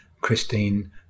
Christine